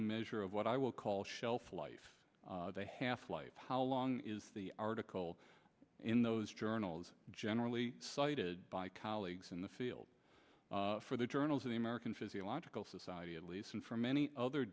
a measure of what i will call shelf life the half life how long is the article in those journals generally cited by colleagues in the field for the journals of the american physiological society at least and for many other